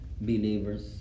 believers